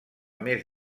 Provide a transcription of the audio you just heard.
més